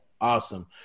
Awesome